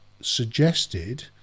suggested